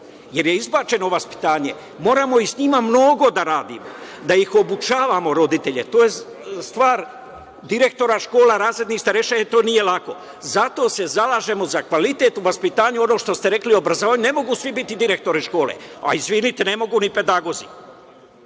Izbačeno je vaspitanje. Moramo i sa njima mnogo da radimo, da ih obučavamo, roditelje. To je stvar direktora škola, razrednih starešina i to nije lako. Zato se zalažemo za kvalitet u vaspitanju, ono što ste rekli, u obrazovanju, ne mogu svi biti direktori škole. Izvinite, ne mogu ni pedagozi. Ja